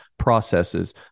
processes